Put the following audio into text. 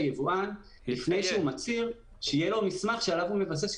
שהיבואן מצהיר שיהיה לו מסמך שעליו הוא מבוסס.